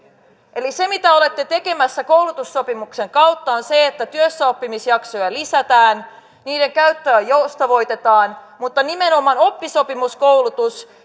eli se mitä olette tekemässä koulutussopimuksen kautta on se että työssäoppimisjaksoja lisätään niiden käyttöä joustavoitetaan mutta nimenomaan oppisopimuskoulutus